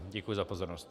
Děkuji za pozornost.